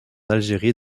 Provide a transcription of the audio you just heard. algérie